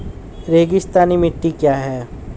रेगिस्तानी मिट्टी क्या है?